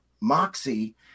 moxie